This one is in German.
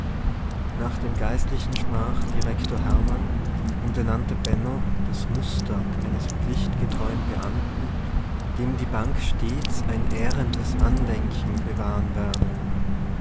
nach dem geistlichen sprach direktor hermann und er nannte benno das muster eines pflichtgetreuen beamten dem die bank stets ein ehrendes andenken bewahren werde